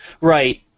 Right